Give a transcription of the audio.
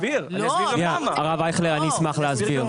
הרב אייכלר, אני אשמח להסביר.